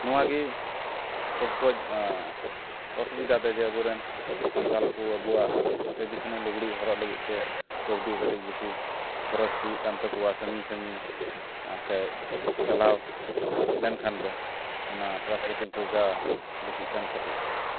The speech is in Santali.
ᱱᱚᱣᱟ ᱜᱮ ᱥᱳᱵ ᱠᱷᱚᱱ ᱚᱥᱩᱵᱤᱫᱷᱟ ᱫᱚ ᱡᱮ ᱟᱵᱚᱨᱮᱱ ᱥᱟᱱᱛᱟᱲ ᱠᱚ ᱟᱵᱚᱚᱣᱟᱜ ᱴᱨᱮᱰᱤᱥᱚᱱᱮᱞ ᱞᱩᱜᱽᱲᱤᱡ ᱦᱚᱨᱚᱜ ᱞᱟᱹᱜᱤᱫ ᱛᱮ ᱠᱟᱹᱣᱰᱤ ᱠᱟᱹᱴᱤᱡ ᱵᱤᱥᱤ ᱠᱷᱚᱨᱚᱪ ᱦᱩᱭᱩᱜ ᱠᱟᱱ ᱛᱟᱠᱚᱣᱟ ᱥᱟᱺᱜᱤᱧ ᱥᱟᱺᱜᱤᱧ ᱥᱮ ᱪᱟᱞᱟᱣ ᱞᱮᱱᱠᱷᱟᱱ ᱫᱚ ᱚᱱᱟ ᱴᱨᱟᱱᱥᱯᱳᱴᱤᱝ ᱠᱷᱚᱨᱪᱟ ᱵᱤᱥᱤᱜ ᱠᱟᱱ ᱠᱷᱟᱛᱤᱨ